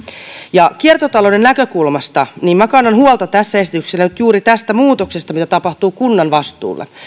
ja kiertotalouden näkökulmasta minä kannan huolta tämän esityksen osalta juuri tästä muutoksesta mitä tapahtuu kunnan vastuulle